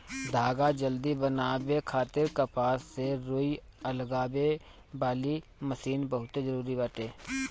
धागा जल्दी बनावे खातिर कपास से रुई अलगावे वाली मशीन बहुते जरूरी बाटे